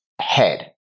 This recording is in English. head